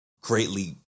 greatly